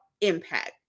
impact